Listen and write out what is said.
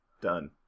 Done